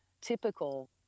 typical